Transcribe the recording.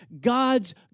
God's